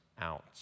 out